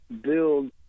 build